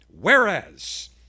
Whereas